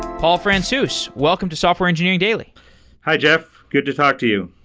paul franceus, welcome to software engineering daily hi, jeff. good to talk to you.